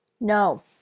No